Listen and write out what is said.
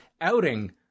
outing